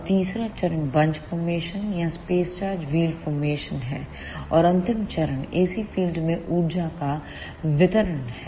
और तीसरा चरण बंच फॉर्मेशन या स्पेस चार्ज व्हील फॉर्मेशन है और अंतिम चरण AC फील्ड में ऊर्जा का वितरण है